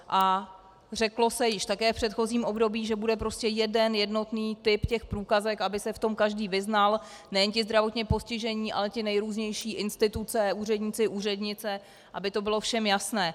A řeklo se také již v předchozím období, že bude jeden jednotný typ průkazek, aby se v tom každý vyznal, nejen ti zdravotně postižení, ale ty nejrůznější instituce, úředníci, úřednice, aby to bylo všem jasné.